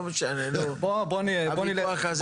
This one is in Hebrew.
לא משנה, נו הוויכוח הזה עקר.